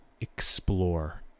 explore